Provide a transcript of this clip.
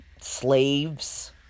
slaves